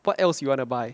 what else you want to buy